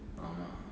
ஆமா:aamaa